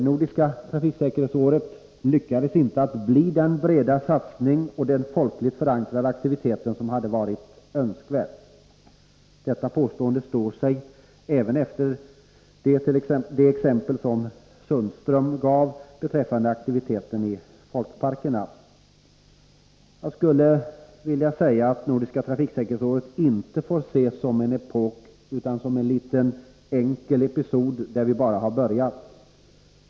Nordiska trafiksäkerhetsåret lyckades inte medföra den breda satsning och den folkligt förankrade aktivitet som hade varit önskvärd. Detta påstående står sig även efter det exempel som Sundström gav beträffande aktiviteten i folkparkerna. Jag skulle vilja säga att Nordiska trafiksäkerhetsåret inte får ses som en epok utan som en liten enkel episod i en verksamhet där vi bara har börjat.